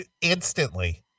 instantly